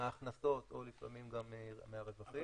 מההכנסות או לפעמים מהרווחים.